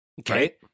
Okay